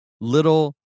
little